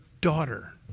daughter